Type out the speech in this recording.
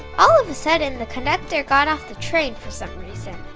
all of a sudden the conductor got off the train for some reason.